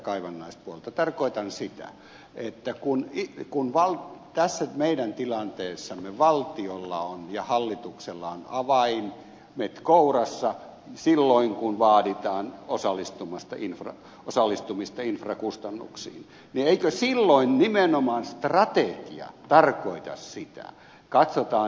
tarkoitan sitä että kun meidän tilanteessamme valtiolla ja hallituksella on avaimet kourassa silloin kun vaaditaan osallistumista infrakustannuksiin eikö silloin nimenomaan strategia tarkoita sitä että katsotaan